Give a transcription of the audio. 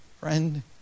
Friend